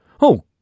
Oh